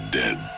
dead